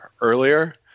earlier